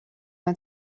man